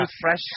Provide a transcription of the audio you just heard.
fresh